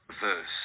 verse